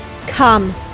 Come